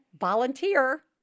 volunteer